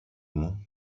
μου